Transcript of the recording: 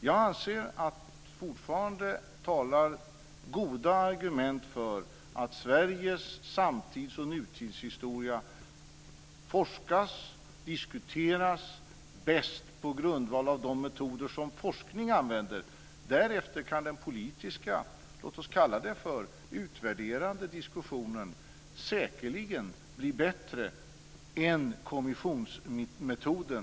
Jag anser att goda argument fortfarande talar för att Sveriges samtids och nutidshistoria forskas om och diskuteras bäst på grundval av de metoder som forskningen använder. Därefter kan den politiska - låt oss kalla den för den utvärderande - diskussionen säkerligen bli bättre än kommissionsmetoden.